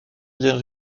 bien